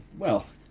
well,